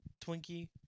Twinkie